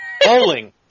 Bowling